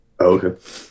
Okay